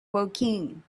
woking